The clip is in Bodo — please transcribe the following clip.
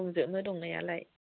दंजोबो दंनायालाय